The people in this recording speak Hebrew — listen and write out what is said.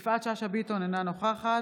יפעת שאשא ביטון, אינה נוכחת